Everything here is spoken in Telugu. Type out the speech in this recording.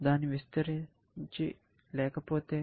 దాన్ని విస్తరించ లేకపోతే